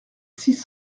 six